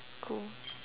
cool